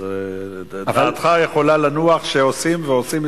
אז דעתך יכולה לנוח שעושים,